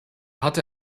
hatte